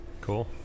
Cool